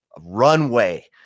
runway